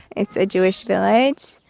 it's a jewish village.